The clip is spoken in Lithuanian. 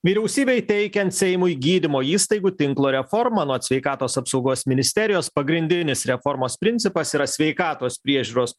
vyriausybei teikiant seimui gydymo įstaigų tinklo reformą anot sveikatos apsaugos ministerijos pagrindinis reformos principas yra sveikatos priežiūros